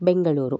Bengaluru